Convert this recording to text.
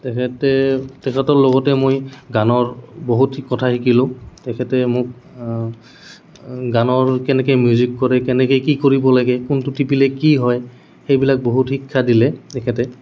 তেখেতে তেখেতৰ লগতে মই গানৰ বহুত কথা শিকিলোঁ তেখেতে মোক গানৰ কেনেকৈ মিউজিক কৰে কেনেকৈ কি কৰিব লাগে কোনটো টিপিলে কি হয় সেইবিলাক বহুত শিক্ষা দিলে তেখেতে